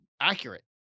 accurate